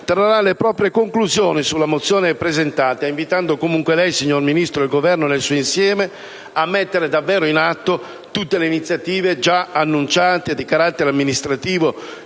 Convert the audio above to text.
trarrà le proprie conclusioni sulla mozione presentata, invitando comunque lei, signor Ministro, ed il Governo nel suo insieme, a mettere davvero in atto tutte le iniziative già annunciate, di carattere amministrativo,